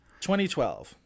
2012